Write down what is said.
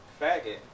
faggot